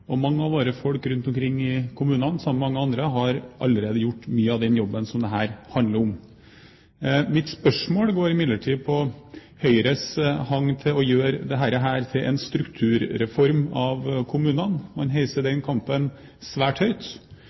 erfaringer. Mange av våre folk rundt omkring i kommunene har – sammen med mange andre – allerede gjort mye av den jobben dette handler om. Mitt spørsmål dreier seg imidlertid om Høyres hang til å gjøre dette til en strukturreformering av kommunene – man heiser den kampen svært høyt.